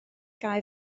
gau